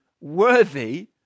worthy